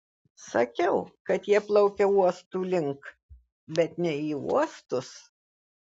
sakiau kad jie plaukia uostų link bet ne į uostus